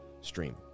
stream